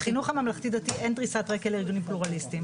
בחינוך הממלכתי-דתי אין דריסת רגל לארגונים פלורליסטיים.